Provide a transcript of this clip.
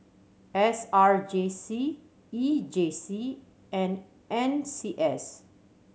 S R J C E J C and N C S